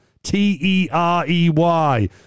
T-E-R-E-Y